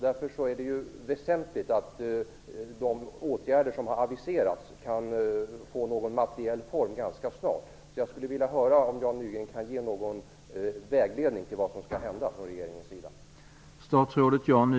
Därför är det väsentligt att de åtgärder som har aviserats kan få någon materiell form ganska snart. Jag undrar därför om Jan Nygren kan ge någon vägledning i fråga om vad regeringen skall göra åt detta.